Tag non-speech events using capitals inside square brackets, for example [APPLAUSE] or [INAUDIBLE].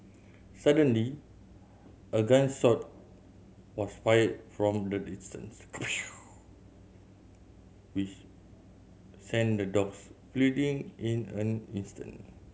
suddenly a gun shot was fired from the distance [UNINTELLIGIBLE] which sent the dogs fleeing in an instant